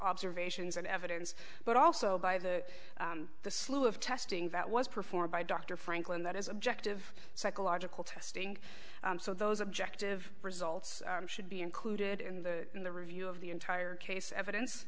observations and evidence but also by the the slew of testing that was performed by dr franklin that is objective psychological testing so those objective results should be included in the in the review of the entire case evidence